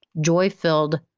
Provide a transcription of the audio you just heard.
joy-filled